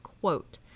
quote